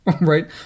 right